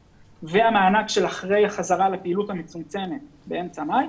והמענק של אחרי החזרה לפעילות המצומצמת באמצע מאי,